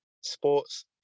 sports